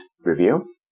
review